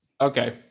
Okay